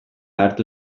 hartu